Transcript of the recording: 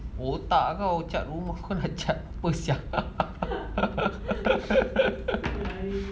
otak kau cat rumah cat apa sia